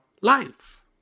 life